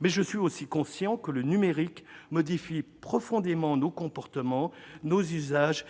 Mais je suis aussi conscient que le numérique modifie profondément nos comportements, nos usages